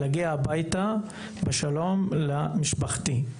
כדי להגיע הביתה בשלום למשפחתי.